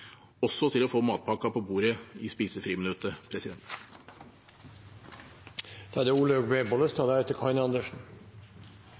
også til å få matpakkene på bordet i